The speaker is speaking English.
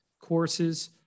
courses